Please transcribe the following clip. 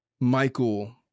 Michael